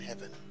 Heaven